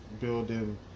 building